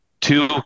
two